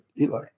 Eli